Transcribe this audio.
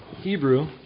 Hebrew